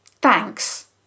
Thanks